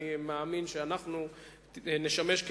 אני מאמין שאנחנו נשמש,